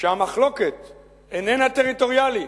שהמחלוקת איננה טריטוריאלית,